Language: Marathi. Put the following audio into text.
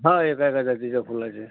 हां एका एका जातीच्या फुलाचे